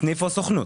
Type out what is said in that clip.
סניף או סוכנות.